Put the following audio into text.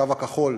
הקו הכחול,